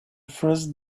first